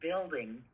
building